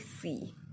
see